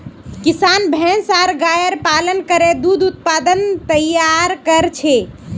किसान भैंस आर गायर पालन करे दूध उत्पाद तैयार कर छेक